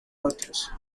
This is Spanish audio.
otros